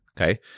okay